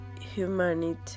humanity